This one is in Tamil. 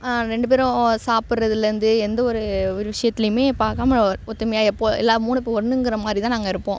ரெண்டு பேரும் சாப்பிட்றதில்லருந்து எந்த ஒரு ஒரு விஷயத்துலையுமே பார்க்காம ஒற்றுமையா எப்போது எல்லாம் மூணு பேர் ஒன்னுங்கிற மாதிரி தான் நாங்கள் இருப்போம்